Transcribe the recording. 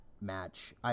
match